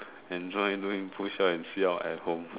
enjoy doing push up and sit up at home